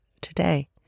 today